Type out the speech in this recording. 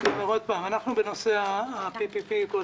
אנחנו אחראים על מכרזי ה-PPP,